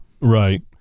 Right